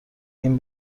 این